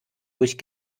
durch